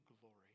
glory